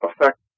affect